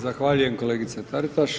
Zahvaljujem kolegice Taritaš.